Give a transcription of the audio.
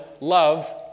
love